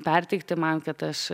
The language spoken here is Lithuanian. perteikti man kad aš